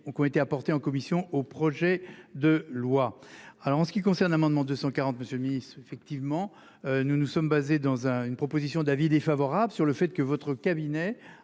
qui ont été apportées en commission au projet de loi. Alors en ce qui concerne l'amendement 240, monsieur. Effectivement nous nous sommes basés dans un une proposition d'avis défavorable sur le fait que votre cabinet